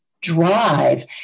drive